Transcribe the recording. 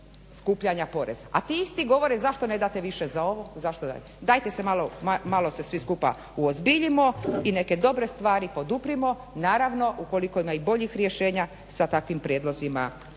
a ti isti govore zašto ne date više za ovo, zašto za ono. Dajte se malo svi skupa uozbiljimo i neke dobre stvari poduprimo, naravno ukoliko ima i boljih rješenja sa takvim prijedlozima